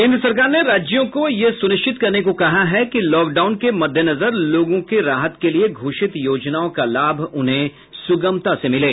केन्द्र सरकार ने राज्यों को यह सुनिश्चित करने को कहा है कि लॉकडाउन के मद्देनजर लोगों के राहत के लिये घोषित योजनाओं का लाभ उन्हें सुगमता से मिले